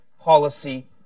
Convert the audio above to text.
policy